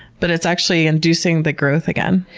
but it's actually inducing the growth again.